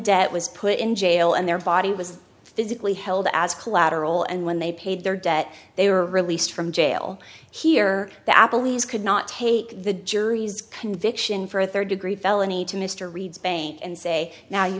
debt was put in jail and their body was physically held as collateral and when they paid their debt they were released from jail here the apple e's could not take the jury's conviction for a third degree felony to mr reed's bank and say now you